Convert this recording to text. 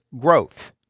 growth